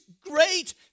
Great